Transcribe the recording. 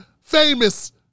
famous